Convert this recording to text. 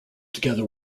together